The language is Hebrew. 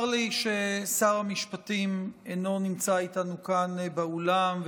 צר לי ששר המשפטים אינו נמצא איתנו כאן באולם,